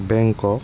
বেংকক